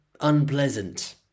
unpleasant